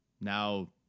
Now